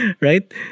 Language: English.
right